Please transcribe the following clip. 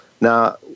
Now